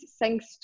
thanks